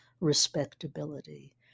respectability